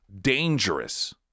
dangerous